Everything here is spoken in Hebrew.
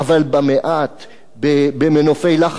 אבל במעט, במנופי לחץ חיוביים,